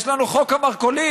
יש לנו חוק המרכולים,